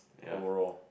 overall